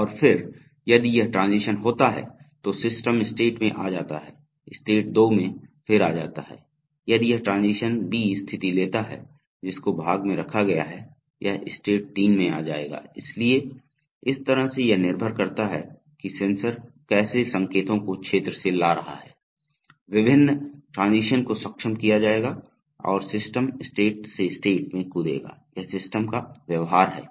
और फिर यदि यह ट्रांजीशन होता है तो सिस्टम स्टेट में आ जाता है स्टेट 2 में फिर आता है यदि यह ट्रांजीशन बी स्थिति लेता है जिसको भाग में रखा गया है यह स्टेट 3 में आ जाएगा इसलिए इस तरह से यह निर्भर करता है कि सेंसर कैसे संकेतों को क्षेत्र से ला रहा है विभिन्न ट्रांजीशन को सक्षम किया जाएगा और सिस्टम स्टेट से स्टेट में कूदेगा यह सिस्टम का व्यवहार है